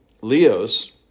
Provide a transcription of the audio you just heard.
leos